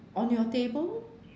on your table